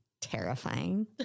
terrifying